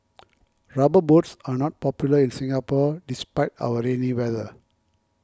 rubber boots are not popular in Singapore despite our rainy weather